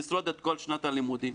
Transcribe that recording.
לשרוד את כל שנת הלימודים.